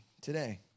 today